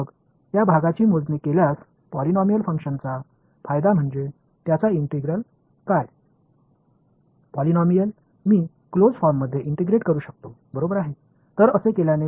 மேலும் எந்தவொரு பாலினாமியல் ஃபங்ஷனின் பரப்பளவை கணக்கிடுங்கள் அதன் நன்மை என்னவென்றால் அதன் ஒருங்கிணைப்பு பற்றி என்ன நான் ஒரு பாலினாமியல் நெருங்கிய வடிவத்தில் ஒருங்கிணைக்க முடியும்